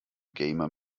gamer